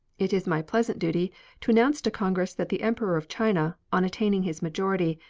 it is my pleasant duty to announce to congress that the emperor of china, on attaining his majority,